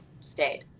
stayed